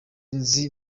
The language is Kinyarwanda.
nzi